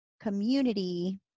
community